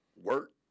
work